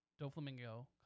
Doflamingo